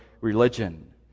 religion